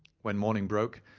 when morning broke,